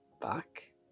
back